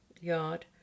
yard